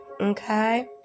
okay